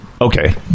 Okay